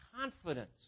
confidence